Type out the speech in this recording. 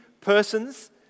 persons